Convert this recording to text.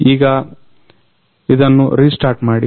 ಈಗ ಇದನ್ನ ರಿಸ್ಟಾರ್ಟ್ ಮಾಡಿ